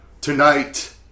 Tonight